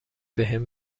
بهم